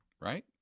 Right